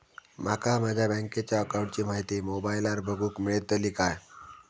माका माझ्या बँकेच्या अकाऊंटची माहिती मोबाईलार बगुक मेळतली काय?